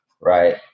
right